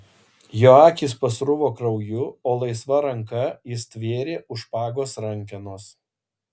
jo akys pasruvo krauju o laisva ranka jis stvėrė už špagos rankenos